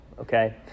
Okay